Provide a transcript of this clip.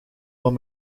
van